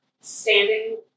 Standing